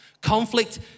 Conflict